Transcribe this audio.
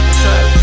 trap